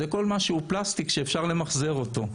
זה כל מה שהוא פלסטיק שאפשר למחזר אותו.